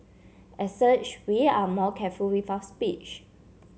as such we are more careful with our speech